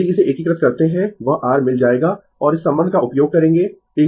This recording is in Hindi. यदि इसे एकीकृत करते है वह r मिल जाएगा और इस संबंध का उपयोग करेंगें